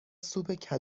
سوپ